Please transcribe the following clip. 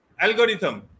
algorithm